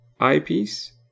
eyepiece